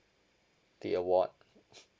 the award